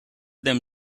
them